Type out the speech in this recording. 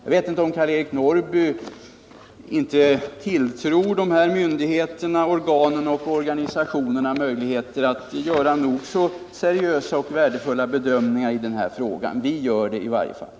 Jag vet inte om Karl-Eric Norrby inte tilltror dessa myndigheter, organ och organisationer möjligheten att göra nog så seriösa och värdefulla bedömningar i den här frågan. Vi gör det i varje fall.